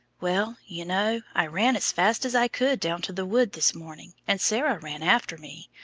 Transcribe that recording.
well, you know, i ran as fast as i could down to the wood this morning, and sarah ran after me,